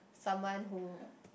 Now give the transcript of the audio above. someone who